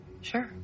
sure